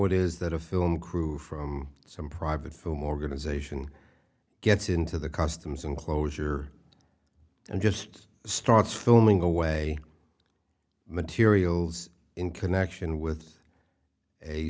it is that a film crew from some private film organization gets into the customs enclosure and just starts filming away materials in connection with a